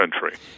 country